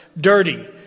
dirty